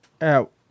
out